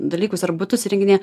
dalykus ar butus įrenginėja